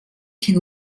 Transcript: can